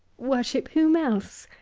worship whom else?